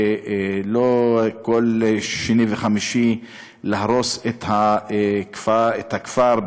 ולא בכל שני וחמישי להרוס את הכפר,